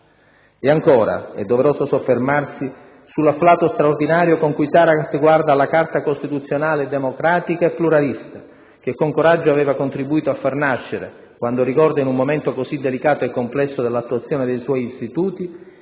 E ancora, è doveroso soffermarsi sull'afflato straordinario con cui Saragat guarda alla Carta costituzionale democratica e pluralista - che con coraggio aveva contribuito a far nascere - quando ricorda, in un momento così delicato e complesso dell'attuazione dei suoi istituti